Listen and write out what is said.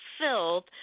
filled